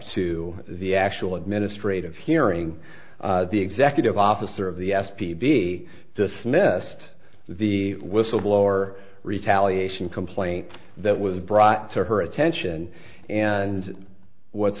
to the actual administrative hearing the executive officer of the s p v dismissed the whistleblower retaliation complaint that was brought to her attention and what's